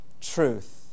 truth